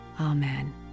amen